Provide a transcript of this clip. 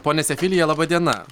ponia sefilija laba diena